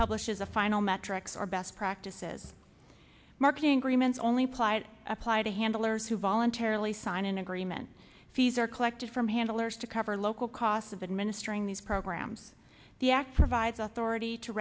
publishes a final metrics are best practices marketing agreements only playas apply to handlers who voluntarily sign an agreement fees are collected from handlers to cover local costs of administering these programs the act provides authority to